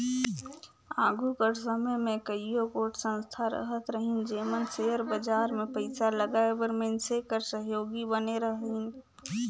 आघु कर समे में कइयो गोट संस्था रहत रहिन जेमन सेयर बजार में पइसा लगाए बर मइनसे कर सहयोगी बने रहिन